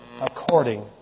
according